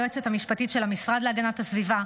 היועצת המשפטית של המשרד להגנת הסביבה,